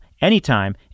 anytime